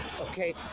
okay